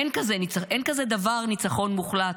אין כזה דבר ניצחון מוחלט.